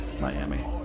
Miami